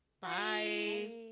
Bye